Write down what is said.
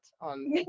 on